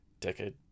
decade